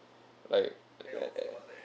like